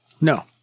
No